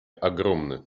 огромны